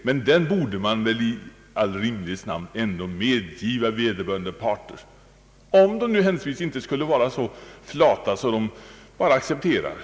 Den möjligheten borde man väl i all rimlighets namn medge vederbörande parter, om de händelsevis inte skulle vara så flata att de bara accepterade.